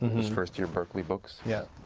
his first year berklee books. yeah